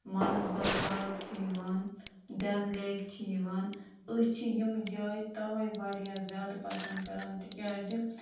Manasbal park چھِ یِوان Dal lake چھِ یِوان أسۍ چھِ یِم جایہِ تَوَے واریاہ زیادٕ پَسنٛد کَران تِکیٛازِ